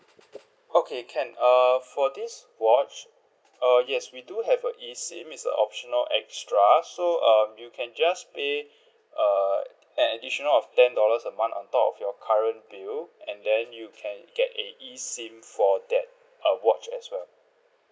okay can err for this watch err yes we do have a E SIM it's a optional extra so um you can just pay err an additional of ten dollars a month on top of your current bill and then you can get a E SIM for that uh watch as well